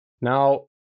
Now